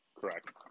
Correct